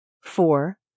Four